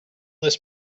this